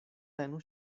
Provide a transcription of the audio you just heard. tenu